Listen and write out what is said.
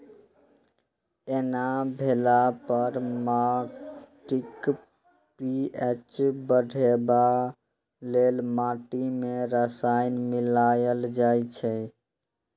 एना भेला पर माटिक पी.एच बढ़ेबा लेल माटि मे रसायन मिलाएल जाइ छै